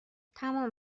تمام